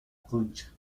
concha